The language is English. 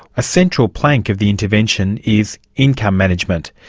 a central plank of the intervention is income management.